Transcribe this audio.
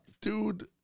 dude